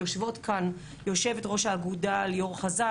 יושבת כאן יושבת-ראש האגודה ליאור חזן,